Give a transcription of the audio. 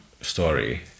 story